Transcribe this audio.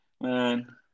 man